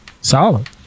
Solid